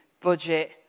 budget